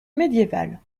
médiéval